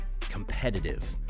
competitive